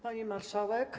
Pani Marszałek!